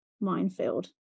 minefield